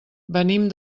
venim